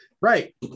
Right